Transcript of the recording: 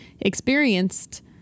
experienced